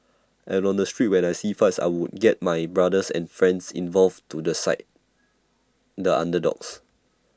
and on the street when I see fights I would get my brothers and friends involved to the side the underdogs